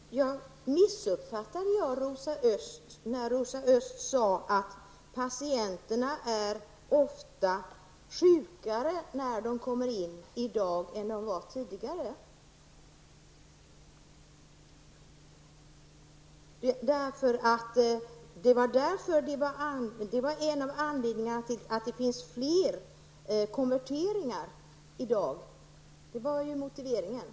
Fru talman! Missuppfattade jag Rosa Öst när hon sade att patienterna ofta är sjukare när de kommer in i dag än de var tidigare? Det var en av anledningarna till att det finns fler konverteringar i dag -- det var ju motiveringen.